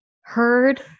heard